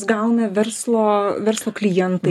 gauna verslo verslo klientai